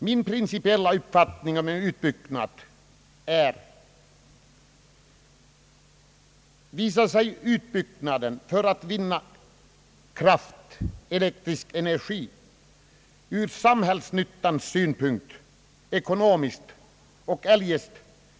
Min principiella uppfattning om en utbyggnad är, att om den visar sig behövlig skall den ske. Men utbyggnaden skall vara försvarbar ur samhällsnyttans synpunkt och eljest.